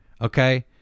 Okay